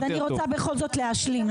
אז אני רוצה בכל זאת להשלים,